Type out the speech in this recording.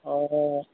অঁ